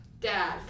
Dad